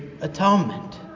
atonement